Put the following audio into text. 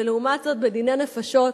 ולעומת זאת בדיני נפשות,